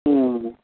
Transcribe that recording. उम्